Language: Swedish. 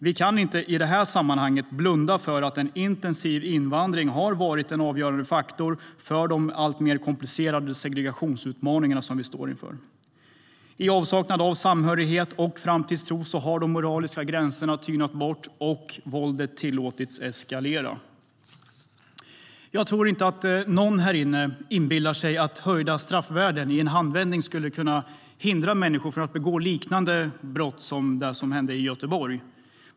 Vi kan inte i det här sammanhanget blunda för att en intensiv invandring har varit en avgörande faktor för de alltmer komplicerade segregationsutmaningar vi står inför. I avsaknad av samhörighet och framtidstro har man tillåtit de moraliska gränserna att tyna bort och våldet att eskalera. Jag tror inte att någon här inne inbillar sig att höjda straffvärden i en handvändning skulle kunna hindra människor från att begå liknande brott som det som hände i Göteborg.